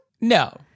No